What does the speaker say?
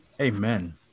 Amen